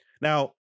Now